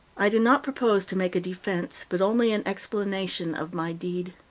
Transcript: i do not propose to make a defense, but only an explanation of my deed.